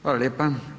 Hvala lijepa.